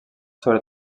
sobre